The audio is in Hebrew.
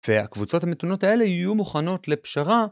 ‫והקבוצות המתונות האלה ‫יהיו מוכנות לפשרה...